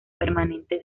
permanente